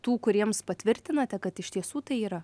tų kuriems patvirtinate kad iš tiesų tai yra